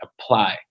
apply